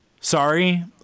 sorry